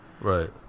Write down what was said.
Right